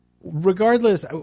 Regardless